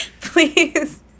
Please